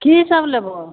की सब लेबहो